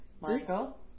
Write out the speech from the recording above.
Michael